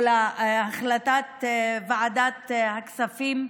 או להחלטת ועדת הכספים.